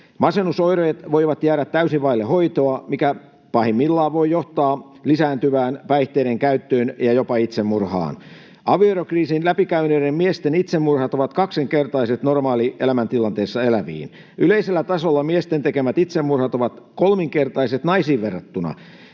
Masennusoireet voivat jäädä täysin vaille hoitoa, mikä pahimmillaan voi johtaa lisääntyvään päihteiden käyttöön ja jopa itsemurhaan. Avioerokriisin läpikäyneiden miesten itsemurhaluvut ovat kaksinkertaiset verrattuna normaalielämäntilanteessa eläviin. Yleisellä tasolla miesten tekemät itsemurhat ovat kolminkertaiset naisiin verrattuna.